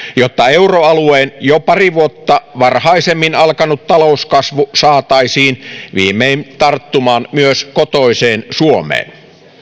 jotta euroalueen jo pari vuotta varhaisemmin alkanut talouskasvu saataisiin viimein tarttumaan myös kotoiseen suomeen